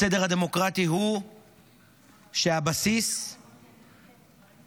הסדר הדמוקרטי בבסיס הוא